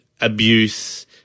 abuse